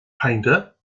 painter